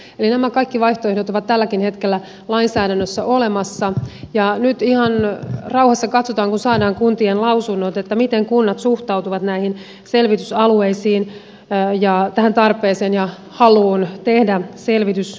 eli nämä kaikki vaihtoehdot ovat tälläkin hetkellä lainsäädännössä olemassa ja nyt ihan rauhassa katsotaan kun saadaan kuntien lausunnot miten kunnat suhtautuvat näihin selvitysalueisiin ja tähän tarpeeseen ja haluun tehdä selvitys tuolla alueella